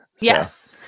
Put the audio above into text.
Yes